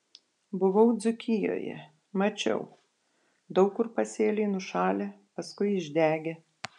buvau dzūkijoje mačiau daug kur pasėliai nušalę paskui išdegę